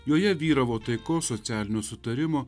joje vyravo taikos socialinio sutarimo